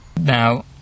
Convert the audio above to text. Now